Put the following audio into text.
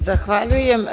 Zahvaljujem.